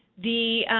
the